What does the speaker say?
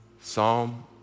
Psalm